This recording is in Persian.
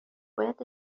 باید